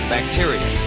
Bacteria